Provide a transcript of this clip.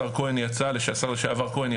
השר לשעבר כהן,